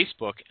Facebook